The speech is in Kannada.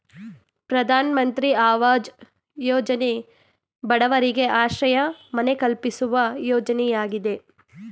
ಪ್ರಧಾನಮಂತ್ರಿ ಅವಾಜ್ ಯೋಜನೆ ಬಡವರಿಗೆ ಆಶ್ರಯ ಮನೆ ಕಲ್ಪಿಸುವ ಯೋಜನೆಯಾಗಿದೆ